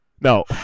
No